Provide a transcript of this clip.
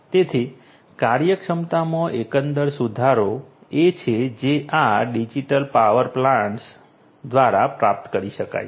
તેથી કાર્યક્ષમતામાં એકંદર સુધારો એ છે જે આ ડિજિટલ પાવર પ્લાન્ટ્સ દ્વારા પ્રાપ્ત કરી શકાય છે